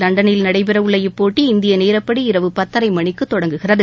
லண்டனில் நடைபெறவுள்ள இப்போட்டி இந்திய நேரப்படி இரவு பத்தரை மணிக்கு தொடங்குகிறது